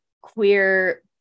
queer